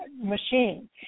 machine